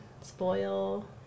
spoil